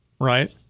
Right